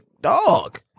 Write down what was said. dog